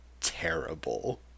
terrible